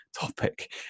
topic